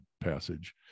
passage